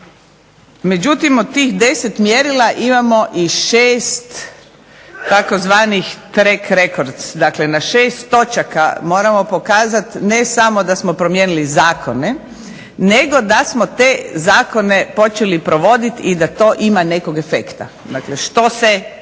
međutim od tih 10 mjerila imamo i 6 tzv. track-records. Dakle, na 6 točaka moramo pokazati ne samo da smo promijenili zakone nego da smo te zakone počeli provoditi i da to ima nekog efekta. Dakle, što se